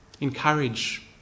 Encourage